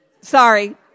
Sorry